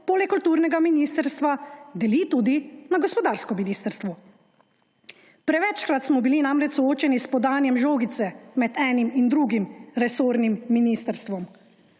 poleg kulturnega ministrstva deli tudi na gospodarsko ministrstvo. Prevečkrat smo bili namreč soočeni s podajanjem žogice med enim in drugim resornim ministrstvom.